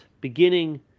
beginning